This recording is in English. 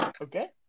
Okay